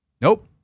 Nope